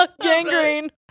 Gangrene